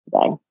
today